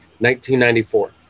1994